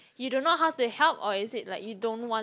you don't know how to help or is it like you don't want